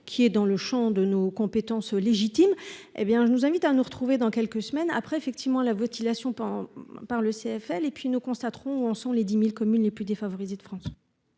qui est dans le Champ de nos compétences légitime, hé bien je nous invite à nous retrouver dans quelques semaines après, effectivement, la motivation par le CFL et puis nous constaterons sont les 10000 communes les plus défavorisées de France.